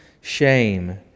shame